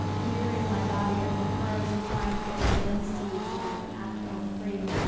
mirroring my body after hers, and trying to get my limbs to loosen up, and act more free.